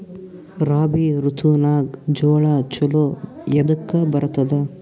ರಾಬಿ ಋತುನಾಗ್ ಜೋಳ ಚಲೋ ಎದಕ ಬರತದ?